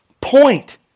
point